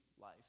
life